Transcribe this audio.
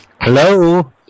Hello